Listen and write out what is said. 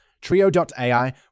Trio.ai